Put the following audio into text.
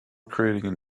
creating